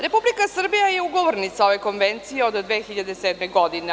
Republika Srbija je ugovornica ove konvencije od 2007. godine.